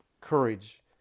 courage